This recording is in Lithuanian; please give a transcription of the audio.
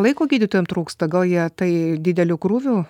laiko gydytojam trūksta gal jie tai dideliu krūviu